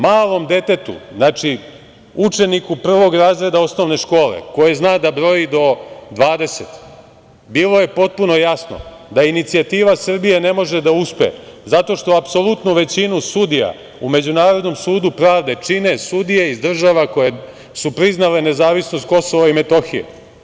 Malom detetu, znači učeniku Prvog razreda osnovne škole koji zna da broji do 20 bilo je potpuno jasno da inicijativa Srbije ne može da uspe, zato što apsolutnu većinu sudija u Međunarodnom sudu pravde čine sudije iz država koje su priznale nezavisnost Kosova i Metohije.